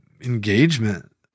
engagement